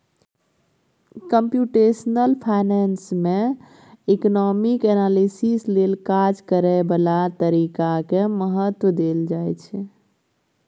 computational finance में economic analysis लेल काज करए बला तरीका के महत्व देल जाइ छइ